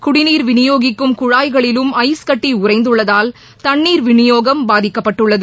குடிநீர் விநியோகிக்கும் குழாய்களிலும் ஐஸ் கட்டி உரைந்துள்ளதால் தண்ணீர் விநியோகம் பாதிக்கப்பட்டுள்ளது